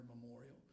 memorial